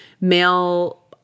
male